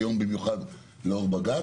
היום במיוחד לאור בג"ץ,